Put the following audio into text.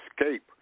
escape